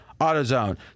AutoZone